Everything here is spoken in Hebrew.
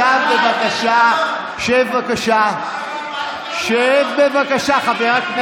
עכשיו, בבקשה, שב, בבקשה.